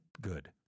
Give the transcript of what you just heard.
Good